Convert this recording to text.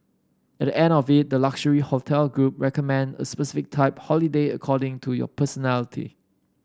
at the end of it the luxury hotel group recommend a specific type holiday according to your personality